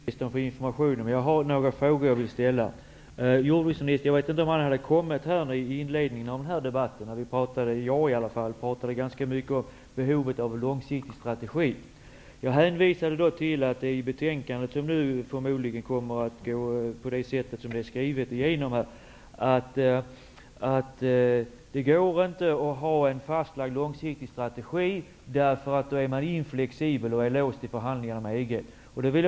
Herr talman! Jag tackar jordbruksministern för informationen, men jag har några frågor som jag vill ställa. Jag vet inte om jordbruksministern var i kammaren när denna debatt började. Jag talade då ganska mycket om behovet av en långsiktig strategi. Jag hänvisade då till att det i betänkandet, vars hemställan antagligen kommer att antas av riksdagen, står att det inte går att ha en fastlagd långsiktig strategi, eftersom man då är oflexibel och låst vid förhandlingarna med EG.